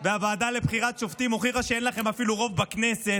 והוועדה לבחירת שופטים הוכיחה שאין לכם אפילו רוב בכנסת.